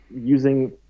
using